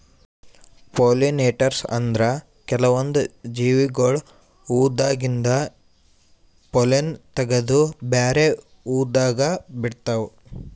pollinators ಅಂದ್ರ ಕೆಲ್ವನ್ದ್ ಜೀವಿಗೊಳ್ ಹೂವಾದಾಗಿಂದ್ ಪೊಲ್ಲನ್ ತಗದು ಬ್ಯಾರೆ ಹೂವಾದಾಗ ಬಿಡ್ತಾವ್